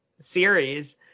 series